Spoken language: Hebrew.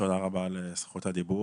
תודה רבה על זכות הדיבור.